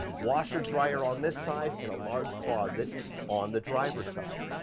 washer dryer on this side and a large closet on the driver side.